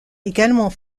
également